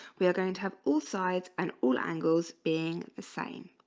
we are going to have all sides and all angles being the same